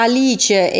Alice